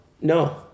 No